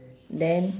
then